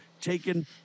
taken